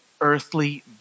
earthly